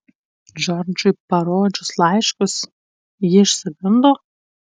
džordžui parodžius laiškus ji išsigando